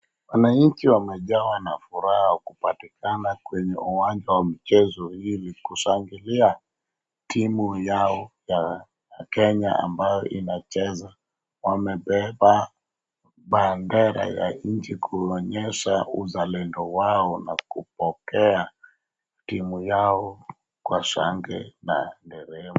Wananchi wamejawa na furaha kupatikana kwenye uwanja wa mchezo ili kushangilia timu yao ya Kenya ambayo inacheza. Wamebeba bendera ya nchi kuonyesha uzalendo wao na kupokea timu yao kwa shangwe na nderemo.